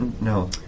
no